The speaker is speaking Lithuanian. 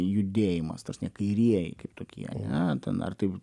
judėjimas ta sme kairieji kaip tokie ane ten ar tai